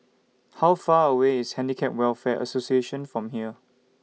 How Far away IS Handicap Welfare Association from here